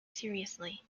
seriously